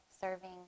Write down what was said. serving